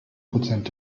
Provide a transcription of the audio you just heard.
prozent